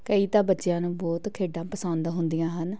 ਕਈ ਤਾਂ ਬੱਚਿਆਂ ਨੂੰ ਬਹੁਤ ਖੇਡਾਂ ਪਸੰਦ ਹੁੰਦੀਆਂ ਹਨ